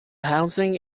housing